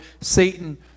Satan